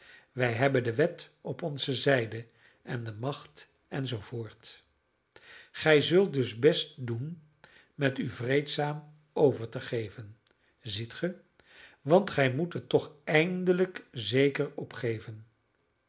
wij hebben de wet op onze zijde en de macht en zoo voort gij zult dus best doen met u vreedzaam over te geven ziet ge want gij moet het toch eindelijk zeker opgeven